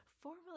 formally